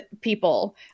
people